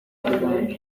abanyarwanda